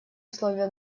условия